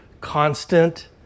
constant